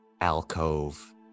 alcove